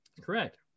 Correct